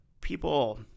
people